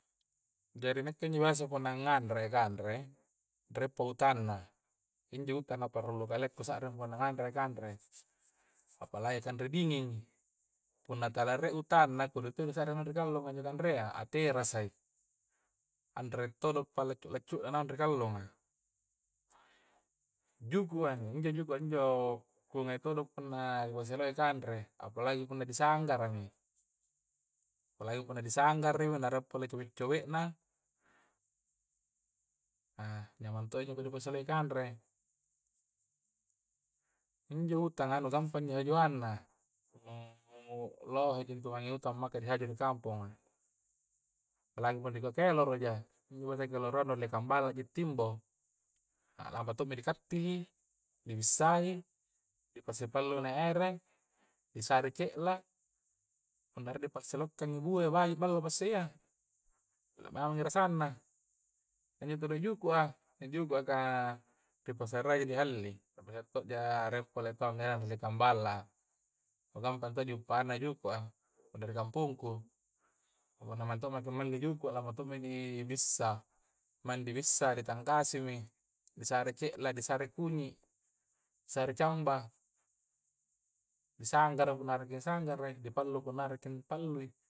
Jari nakke injo biasa punna nganre kandre rie pautanna injo utanga parallu kalea ku sa'ring punna nganre kandre apalagi kanre dinging punna tala rie uttanna, kodi to' di sa'ring ri kallonga anjo nanrea, aterasa i anre todo palaccu-laccu' na ri kallonga juku'an injo jukua injo, ku ngai todo punna nu kusalai kanre, apalagi punna disanggrami palagi punna disanggarami na rie' pole cumi-cumi na yamang to' njo pole di pasalai kanre injo utanga, nu gampangji di hajuanna, nu lohe ji utanga maka di haju ri kampongan palagi punna dikuai keleroja injo biasa kalero nu ridallekang balla timbo' a'lampa tommi dikattili dibissai dipasi pallu nai'i ere di sari'i cella, punna rie dipasilokkangi bue' baji ballo passi iyya labaungi rasanna eh injo todo juku' a i jukua kah ripasara yya di halli' na maeng to'ja rie' pole tauang ngianu' ri dallekang balla'a nu gamppang to'ja di uppanna juku'a punna ri kampongku punna maeng to' maki melli juku'a lampa tommi di bissa' maeng di bissa, di tangkasimi, di sare ce'la, disare kunyi' disare camba disanggara punna ri sanggara i, di pallu punna arengki di pallu i